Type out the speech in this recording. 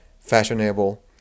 Fashionable